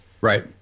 Right